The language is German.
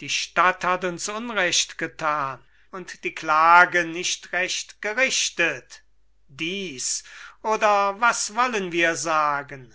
die stadt hat uns unrecht getan und die klage nicht recht gerichtet wollen wir dies sagen oder was sonst kriton